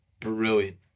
brilliant